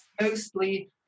mostly